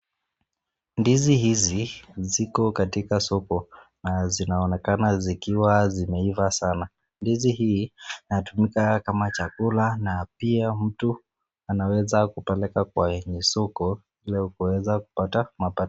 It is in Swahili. Ndizi hizi ziko katika soko na zinaonekana zikiwa zimeiva sana. Ndizi hii inatumika kama chakula na pia mtu anaweza kupeleka kwa wenye soko ili kuweza kupata mapato.